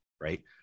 right